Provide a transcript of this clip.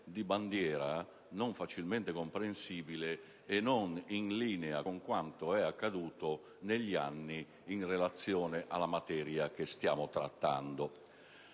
di bandiera, non facilmente comprensibile e non in linea con quanto è accaduto negli anni in relazione alla materia che stiamo trattando.